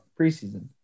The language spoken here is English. preseason